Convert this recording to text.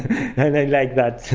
and i like that